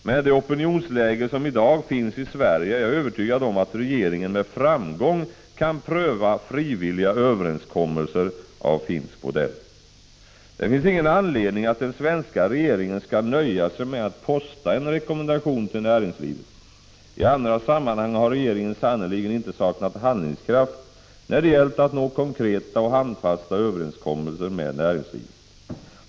Med det opinionsläge som i dag finns i Sverige är jag övertygad om att regeringen med framgång kan pröva frivilliga överenskommelser av finsk modell. Det finns ingen anledning att den svenska regeringen skall nöja sig med att posta en rekommendation till näringslivet. I andra sammanhang har regeringen sannerligen inte saknat handlingskraft när det gällt att nå konkreta och handfasta överenskommelser med näringslivet.